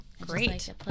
Great